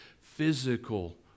physical